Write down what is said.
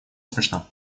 смешно